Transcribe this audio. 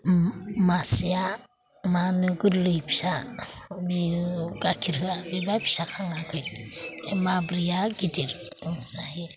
मासेया मा होनो गोरलै फिसा बियो गाइखेर लायो बा फिसा खाङाखै माब्रैया गिदिर जायो